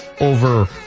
over